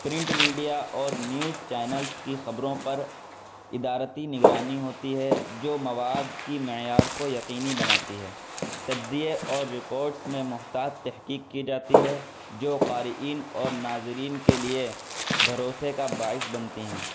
print media اور news channels کی خبروں پر ادارتی نگرانی ہوتی ہے جو مواد کے معیار کو یقینی بناتی ہے تجزیے اور رپوٹس میں محتاط تحقیق کی جاتی ہے جو قارئین اور ناظرین کے لیے بھروسے کا باعث بنتی ہیں